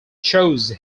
choose